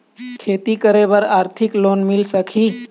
खेती करे बर आरथिक लोन मिल सकही?